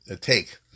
take